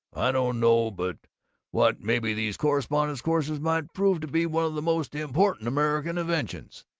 i don't know but what maybe these correspondence-courses might prove to be one of the most important american inventions.